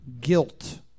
guilt